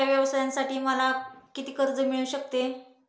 छोट्या व्यवसायासाठी मला किती कर्ज मिळू शकते?